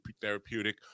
therapeutic